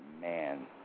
Man